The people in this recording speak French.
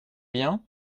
bien